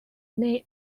name